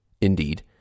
Indeed